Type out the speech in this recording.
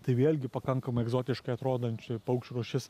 tai vėlgi pakankamai egzotiškai atrodančia paukščių rūšis